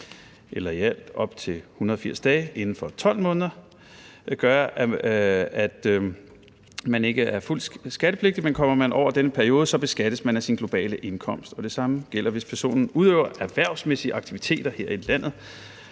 eller i alt op til 180 dage inden for 12 måneder – gøre, at man ikke er fuldt skattepligtig. Men kommer man over den periode, beskattes man af sin globale indkomst, og det samme gælder, hvis personen udøver erhvervsmæssige aktiviteter her i landet,